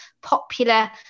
popular